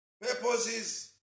purposes